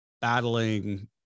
battling